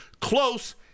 close